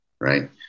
right